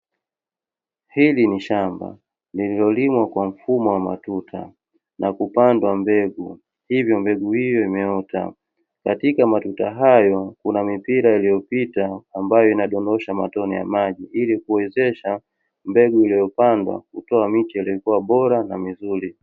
Hili ni shamba lililolimwa kwa mfumo wa matuta na kupandwa mbegu, hivyo mbegu hiyo imeota. Katika matuta hayo kuna mipira iliyopita ambayo inadondosha matone ya maji ili kuwezesha mbegu iliyopandwa kutoa miche iliyokuwa bora na mizuri.